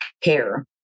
care